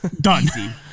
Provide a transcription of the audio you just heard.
Done